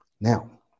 Now